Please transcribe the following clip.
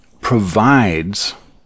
provides